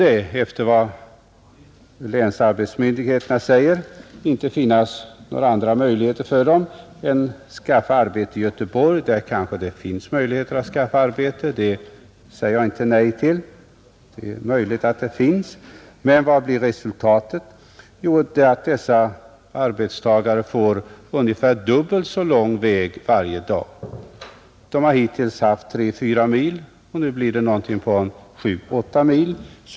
Efter vad länsarbetsmyndigheterna säger torde det nu inte finnas några andra möjligheter för dem än att skaffa arbete i Göteborg, Där kan det kanske finnas möjligheter att skaffa arbete, det förnekar jag inte, men vad blir resultatet? Jo, dessa arbetstagare får ungefär dubbelt så lång resväg varje dag. De har hittills haft 3—4 mil att åka, nu blir det 7—8 mil.